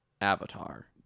avatar